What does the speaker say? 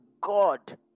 God